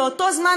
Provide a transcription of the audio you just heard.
באותו זמן,